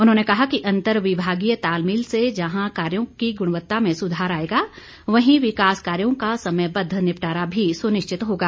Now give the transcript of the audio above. उन्होंने कहा कि अंतरविभागीय तालमेल से जहां कार्यो की गुणवत्ता में सुधार आएगा वहीं विकास कार्यो का समयबद्व निपटारा भी सुनिश्चित होगा